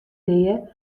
dea